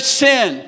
sin